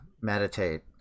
meditate